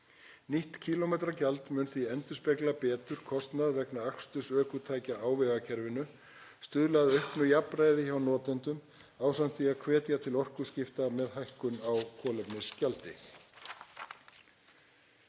Nýtt kílómetragjald mun því endurspegla betur kostnað vegna aksturs ökutækja á vegakerfinu, stuðla að auknu jafnræði hjá notendum ásamt því að hvetja til orkuskipta með hækkun á kolefnisgjaldi.